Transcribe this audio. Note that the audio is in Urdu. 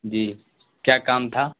جی کیا کام تھا